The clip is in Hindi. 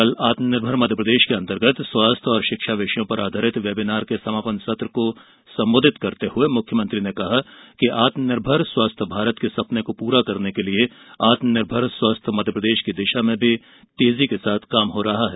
कल आत्मनिर्भर मध्यप्रदेश के अंतर्गत स्वास्थ्य और शिक्षा विषयों पर आधारित वेबिनार के समावन सत्र को संबोधित करते हुए मुख्यमंत्री ने कहा कि आत्मनिर्भर स्वास्थ्य भारत के सपने को पूरा करने के लिए आत्मनिर्भर स्वस्थ मध्यप्रदेश की दिशा में तेजी से कार्य हो रहा है